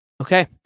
Okay